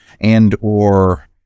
and/or